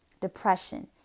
depression